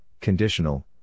conditional